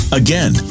again